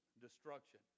destruction